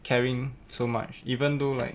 caring so much even though like